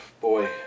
boy